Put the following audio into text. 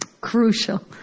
Crucial